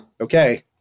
okay